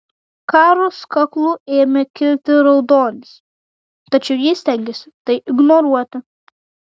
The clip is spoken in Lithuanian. karos kaklu ėmė kilti raudonis tačiau ji stengėsi tai ignoruoti